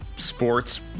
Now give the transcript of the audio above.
sports